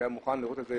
שהיה מוכן לראות את זה